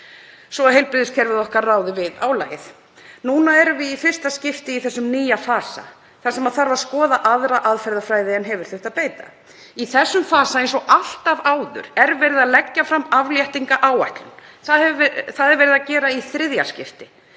að heilbrigðiskerfið okkar ráði við álagið. Nú erum við í fyrsta skipti í þessum nýja fasa þar sem þarf að skoða aðra aðferðafræði en þurft hefur að beita. Í þessum fasa, eins og áður, er verið að leggja fram afléttingaráætlun. Verið er að gera það í þriðja skipti.